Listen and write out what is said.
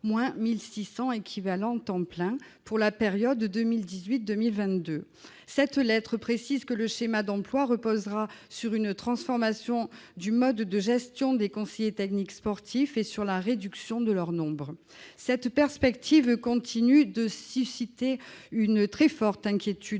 de 1 600 équivalents temps plein pour la période 2018-2022. Cette lettre précise que le schéma d'emplois reposera sur une transformation du mode de gestion des conseillers techniques sportifs et sur la réduction de leur nombre. Cette perspective continue de susciter une très forte inquiétude